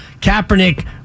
Kaepernick